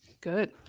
Good